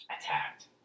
attacked